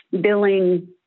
billing